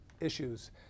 issues